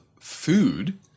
food